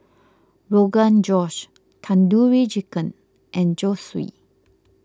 Rogan Josh Tandoori Chicken and Zosui